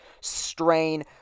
strain